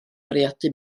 bwriadu